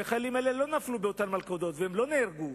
והחיילים האלה לא נפלו באותן מלכודות והם לא נהרגו.